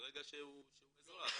מרגע שהם אזרחים.